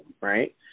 right